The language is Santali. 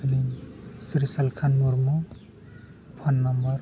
ᱟᱹᱞᱤᱧ ᱥᱨᱤ ᱥᱟᱞᱠᱷᱟᱱ ᱢᱩᱨᱢᱩ ᱯᱷᱳᱱ ᱱᱟᱢᱵᱟᱨ